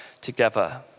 together